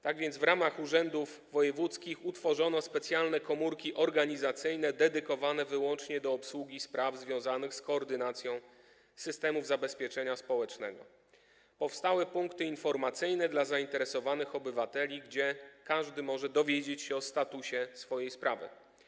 Tak więc w ramach urzędów wojewódzkich utworzono specjalne komórki organizacyjne dedykowane wyłącznie do obsługi spraw związanych z koordynacją systemów zabezpieczenia społecznego, powstały punkty informacyjne dla zainteresowanych obywateli, gdzie każdy może dowiedzieć się o statusie swojej sprawy.